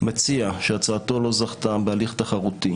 מציע שהצעתו לא זכתה בהליך תחרותי